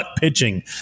pitching